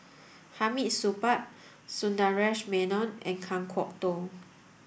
Hamid Supaat Sundaresh Menon and Kan Kwok Toh